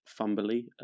fumbly